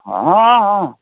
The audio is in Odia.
ହଁ ହଁ